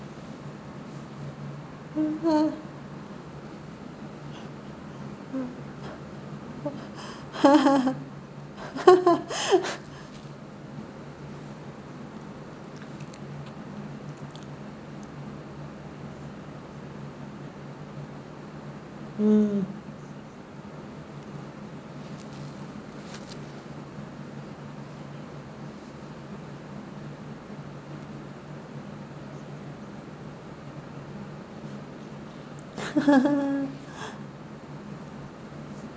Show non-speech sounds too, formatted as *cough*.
*laughs* mm *laughs*